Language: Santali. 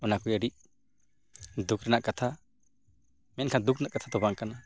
ᱚᱱᱟ ᱠᱚ ᱟᱹᱰᱤ ᱫᱩᱠᱷ ᱨᱮᱱᱟᱜ ᱠᱟᱛᱷᱟ ᱢᱮᱱᱠᱷᱟᱱ ᱫᱩᱠᱷ ᱨᱮᱱᱟᱜ ᱠᱟᱛᱷᱟ ᱫᱚ ᱵᱟᱝ ᱠᱟᱱᱟ